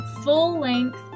full-length